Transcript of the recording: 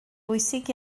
bwysig